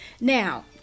Now